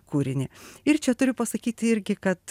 kūrinį ir čia turiu pasakyt irgi kad